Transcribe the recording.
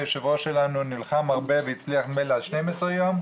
היושב-ראש שלנו נלחם הרבה והצליח להביא ל-12 יום.